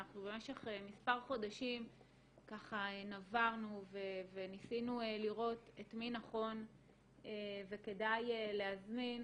ואנחנו במשך מספר חודשים נברנו וניסינו לראות את מי נכון וכדאי להזמין,